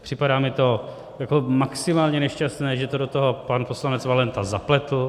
Připadá mi to jako maximálně nešťastné, že to do toho pan poslanec Valenta zapletl.